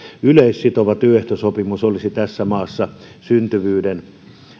yleissitova työehtosopimus olisi tässä maassa syntyvyyden